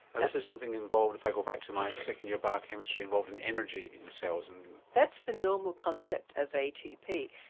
this is something involved, if i go back to my second year biochemistry, involved in energy in cells. and that's the normal concept of atp.